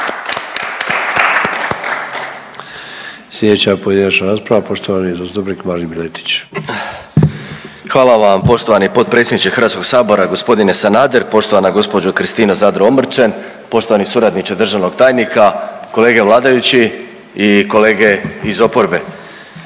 Sljedeća pojedinačna rasprava, poštovani zastupnik Marin Miletić. **Miletić, Marin (MOST)** Hvala vam poštovani potpredsjedniče HS-a g. Sanader, poštovana gđo. Kristina Zadro Omrčen, poštovani suradniče državnog tajnike, kolege vladajući i kolege iz oporbe.